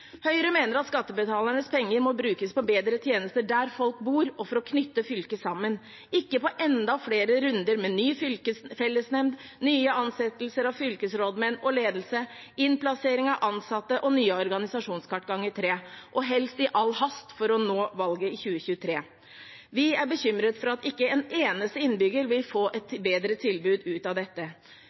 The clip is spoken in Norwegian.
Høyre mener at skattebetalernes penger må brukes på bedre tjenester der folk bor, og for å knytte fylket sammen – ikke på enda flere runder, med ny fellesnemnd, nye ansettelser av fylkesdirektører og ledelse, innplassering av ansatte og nye organisasjonskart ganger tre, og helst i all hast for å nå valget i 2023. Vi er bekymret for at ikke en eneste innbygger vil få et bedre tilbud ut av dette.